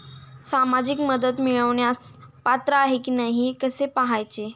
सामाजिक मदत मिळवण्यास पात्र आहे की नाही हे कसे पाहायचे?